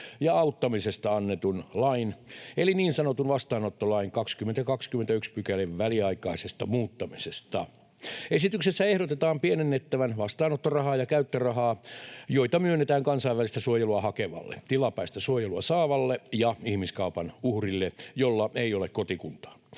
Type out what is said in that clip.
ja auttamisesta annetun lain eli niin sanotun vastaanottolain 20 ja 21 §:n väliaikaisesta muuttamisesta. Esityksessä ehdotetaan pienennettävän vastaanottorahaa ja käyttörahaa, joita myönnetään kansainvälistä suojelua hakevalle, tilapäistä suojelua saavalle ja ihmiskaupan uhrille, jolla ei ole kotikuntaa.